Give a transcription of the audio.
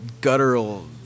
guttural